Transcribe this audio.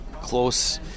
Close